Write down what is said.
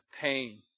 pain